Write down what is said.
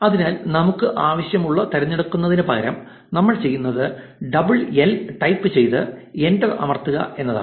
അതിനാൽ നമുക്ക് ആവശ്യമുള്ളവ തിരഞ്ഞെടുക്കുന്നതിനുപകരം നമ്മൾ ചെയ്യുന്നത് ഡബിൾ എൽ ടൈപ്പ് ചെയ്ത് എന്റർ അമർത്തുക എന്നതാണ്